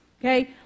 okay